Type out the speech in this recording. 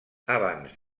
abans